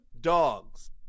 dogs